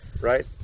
right